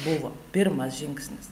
buvo pirmas žingsnis